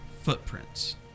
footprints